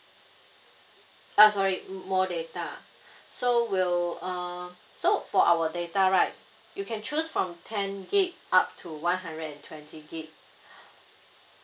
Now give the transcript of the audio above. uh sorry more data so we'll uh so for our data right you can choose from ten gigabyte up to one hundred and twenty gigabyte